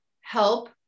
help